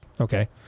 Okay